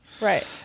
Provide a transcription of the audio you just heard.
Right